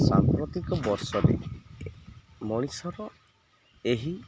ସାମ୍ପ୍ରତିକ ବର୍ଷରେ ମଣିଷର ଏହି